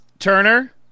Turner